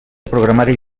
programari